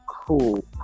cool